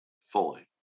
fully